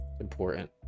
Important